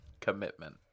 Commitment